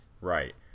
Right